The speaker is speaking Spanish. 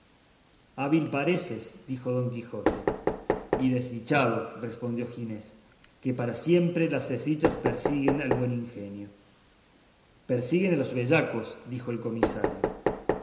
hábil pareces dijo don quijote y desdichado respondió ginés porque siempre las desdichas persiguen al buen ingenio persiguen a los bellacos dijo el comisario